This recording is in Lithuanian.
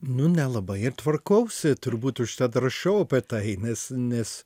nu nelabai ir tvarkausi turbūt užtat rašau apie tai nes nes